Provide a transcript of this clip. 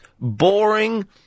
boring